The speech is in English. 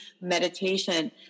meditation